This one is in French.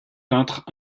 peintres